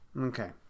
Okay